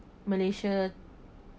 malaysia